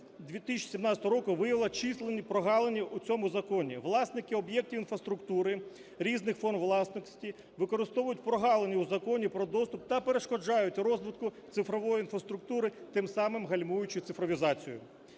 2017 року, виявила численні прогалини у цьому законі. Власники об'єктів інфраструктури різних форм власності використовують прогалини у Законі про доступ та перешкоджають розвитку цифрової інфраструктури, тим самим гальмуючи цифровізацію.